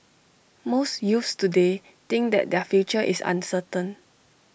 most youths today think that their future is uncertain